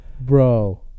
Bro